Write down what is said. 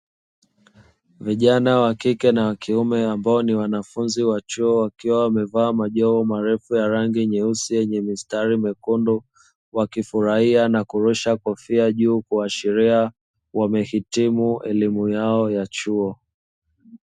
Vijana wa kike na wakiume ambao ni wanafunzi wa chuo wakiwa Wamevaa majoho marefu ya rangi nyeusi yenye mistari miekundu, wakifurahia na kurusha kofia juu kuashiria wamehitimu elimu Yao ya chuo.